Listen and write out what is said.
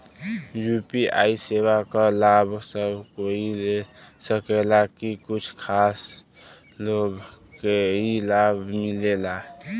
UPI सेवा क लाभ सब कोई ले सकेला की कुछ खास लोगन के ई लाभ मिलेला?